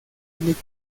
nick